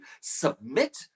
submit